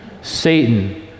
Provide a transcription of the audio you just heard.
Satan